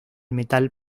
metal